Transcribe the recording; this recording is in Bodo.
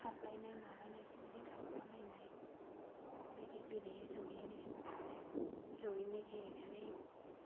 खारलायनाय मालायनाय बेफोरबायदि थाखोमालायनाय बेफोरबायदि गेलेयो जयैनो जयैनो गेलेनानै